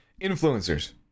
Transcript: Influencers